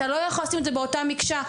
אתה יכול לשים את זה באותה מקשה,